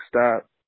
stop